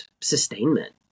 sustainment